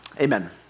Amen